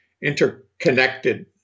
interconnected